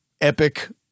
Epic